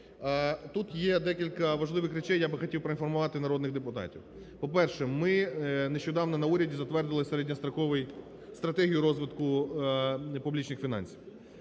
Тут є декілька важливих речей, я би хотів проінформувати народних депутатів. По-перше, ми нещодавно на уряді затвердили середньострокову стратегію розвитку публічних фінансів.